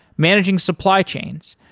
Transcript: managing supply chains,